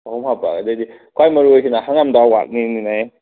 ꯑꯍꯨꯝ ꯍꯥꯄꯛꯑꯣ ꯑꯗꯨꯗꯤ ꯈ꯭ꯋꯥꯏ ꯃꯔꯨ ꯑꯣꯏꯁꯤꯅ ꯍꯪꯒꯥꯝ ꯊꯥꯎ ꯋꯥꯠꯂꯤꯃꯤꯅꯦ